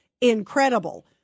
incredible